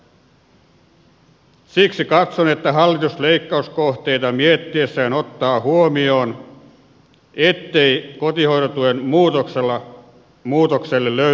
siksi katson että hallituksen on leikkauskohteita miettiessään otettava huomioon ettei kotihoidon tuen muutokselle löydy perusteita